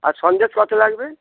আর সন্দেশ কত লাগবে